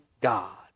God